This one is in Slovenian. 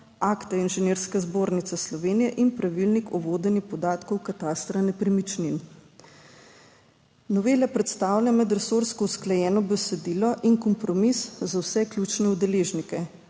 akte Inženirske zbornice Slovenije in Pravilnik o vodenju podatkov katastra nepremičnin. Novela predstavlja medresorsko usklajeno besedilo in kompromis za vse ključne deležnike,